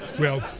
well,